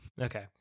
Okay